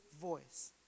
voice